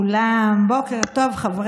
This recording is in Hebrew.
ראשיה, שריה